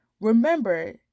Remember